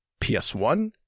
PS1